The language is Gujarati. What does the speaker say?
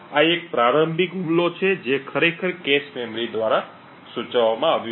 આ એક પ્રારંભિક હુમલો છે જે ખરેખર cache મેમરી માટે સૂચવવામાં આવ્યો હતો